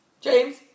James